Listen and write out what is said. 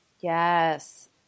Yes